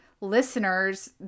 listeners